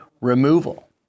removal